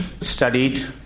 studied